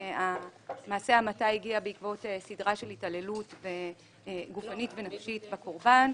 מעשה ההמתה הגיע בעקבות סדרה של התעללות גופנית ונפשית בקורבן.